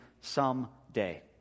someday